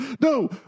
no